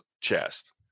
chest